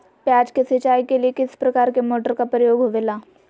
प्याज के सिंचाई के लिए किस प्रकार के मोटर का प्रयोग होवेला?